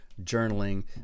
journaling